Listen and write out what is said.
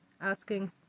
asking